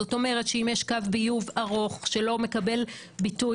זאת אומרת שאם יש קו ביוב ארוך שלא מקבל ביטוי